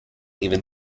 even